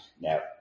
Now